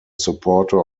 supporter